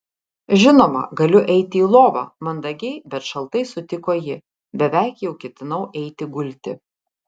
žinoma galiu eiti į lovą mandagiai bet šaltai sutiko ji beveik jau ketinau eiti gulti